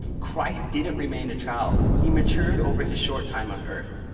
christ didn't remain a child. he matured over his short time on earth.